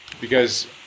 Because-